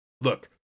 look